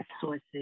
sources